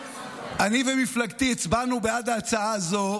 אני ומפלגתי הצבענו בעד ההצעה הזו,